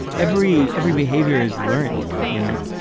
every every behavior is learned, you know.